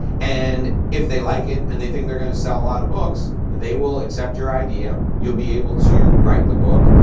and if they like it and they think they're gonna sell a lot of books they will accept your idea. you'll be able to write the book.